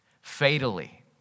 Fatally